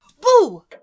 Boo